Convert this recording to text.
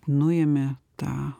nuėmi tą